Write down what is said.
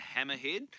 Hammerhead